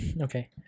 okay